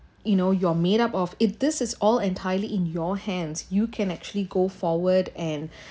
you know you're made up of it this is all entirely in your hands you can actually go forward and